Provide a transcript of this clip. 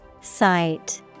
Sight